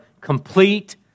complete